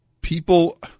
people